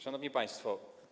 Szanowni Państwo!